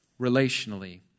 relationally